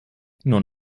nur